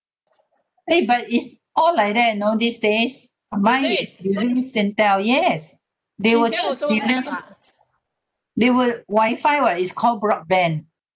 eh but is all like that you know these days mine is using singtel yes they will choose they will wifi [what] is called broadband